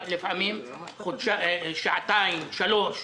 לפעמים שעתיים או שלוש שעות.